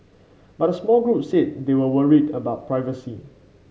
but a small group said they were worried about privacy